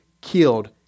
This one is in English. killed